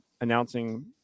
announcing